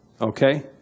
Okay